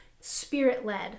spirit-led